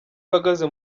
uhagaze